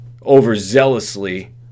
overzealously